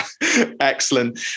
Excellent